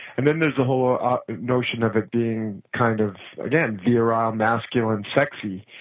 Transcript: and then there's a whole notion of it being kind of again virile, masculine, sexy,